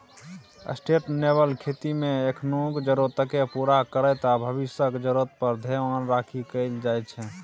sustainable खेतीमे एखनुक जरुरतकेँ पुरा करैत आ भबिसक जरुरत पर धेआन राखि कएल जाइ छै